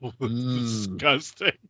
Disgusting